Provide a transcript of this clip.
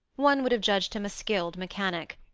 one would have judged him a skilled mechanic.